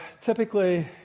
typically